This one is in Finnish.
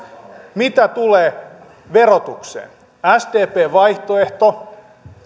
mitä tulee verotukseen sdpn vaihtoehto